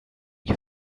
you